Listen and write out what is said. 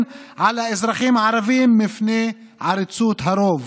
על האזרחים הערבים מפני עריצות הרוב,